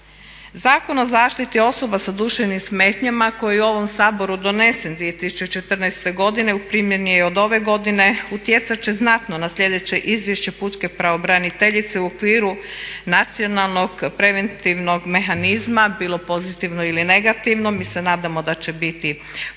Zakon o zaštiti osoba sa duševnim smetnjama koji je u ovom Saboru donesen 2014.godine u primjeni je od ove godine, utjecat će znatno na slijedeće izvješće pučke pravobraniteljice u okviru nacionalnog preventivnog mehanizma bilo pozitivno ili negativno, mi se nadamo da će biti pomaka